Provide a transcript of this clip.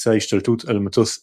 במבצע ההשתלטות על מטוס "סבנה",